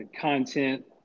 content